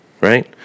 right